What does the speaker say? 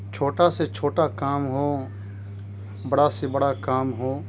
چھوٹا سے چھوٹا کام ہو بڑا سے بڑا کام ہو